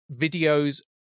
videos